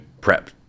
prep